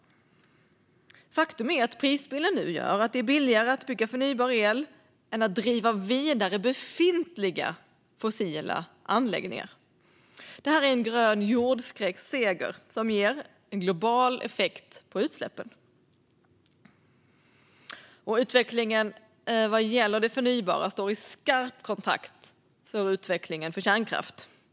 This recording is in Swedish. Faktum är att prisbilden nu gör att det är billigare att bygga förnybar el än att driva vidare befintliga fossila anläggningar. Det är en grön jordskredsseger som ger en global effekt på utsläppen. Utvecklingen vad gäller det förnybara står i skarp kontrast till utvecklingen för kärnkraft.